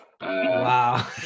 Wow